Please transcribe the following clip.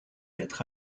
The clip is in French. être